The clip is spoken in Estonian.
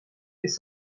kes